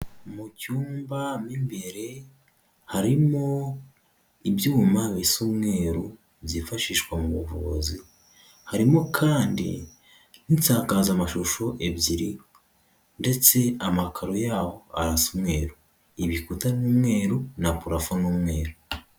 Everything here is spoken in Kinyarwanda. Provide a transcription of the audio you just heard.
Mu cyumba mo imbere harimo ibyuma bisa umweru byifashishwa mu buvuzi, harimo kandi n'itakazamashusho ebyiri ndetse amakaro yaho arasa umweru, ibikuta n'umweru na purafo n'umweru.